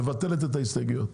מבטלת את ההסתייגויות.